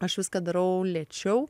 aš viską darau lėčiau